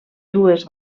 dues